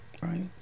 Right